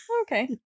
Okay